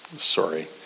sorry